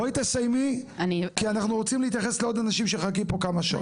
בואי תסיימי כי אנחנו רוצים להתייחס לעוד אנשים שמחכים פה כמה שעות.